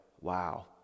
wow